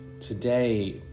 today